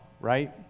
right